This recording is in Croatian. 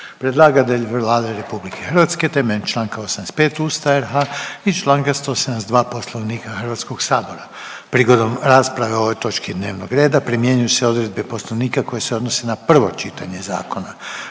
Predlagatelj je Vlada na temelju čl. 85. Ustava i čl. 172. Poslovnika Hrvatskoga sabora. Prigodom rasprave o ovoj točki dnevnog reda primjenjuju se odredbe Poslovnika koje se odnose na prvo čitanje zakona.